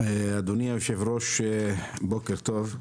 אדוני היושב-ראש, בוקר טוב.